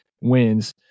wins